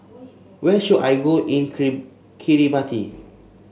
where should I go in Kiribati